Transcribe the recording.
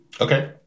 Okay